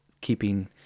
keeping